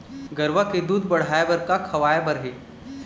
गरवा के दूध बढ़ाये बर का खवाए बर हे?